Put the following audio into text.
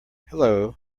hello